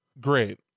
Great